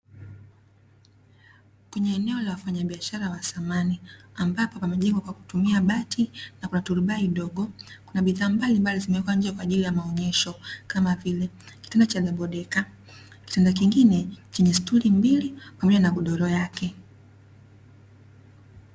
Kwenye eneo la wafanyabiashara wa samani, ambapo yamejengwa kwa kutumia bati na kwa turubai dogo. Kuna bidhaa mbalimbali zimewekwa nje kwa ajili ya maonyesho, kama vile: kitanda cha dabo deka, kitanda kingine chenye stuli mbili, pamoja na godoro yake.